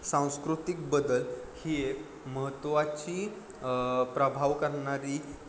सांस्कृतिक बदल ही एक महत्त्वाची प्रभाव करणारी